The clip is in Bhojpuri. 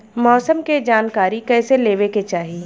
मौसम के जानकारी कईसे लेवे के चाही?